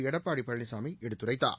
எடப்பாடி பழனிசாமி எடுத்துரைத்தார்